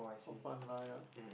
for fun lah ya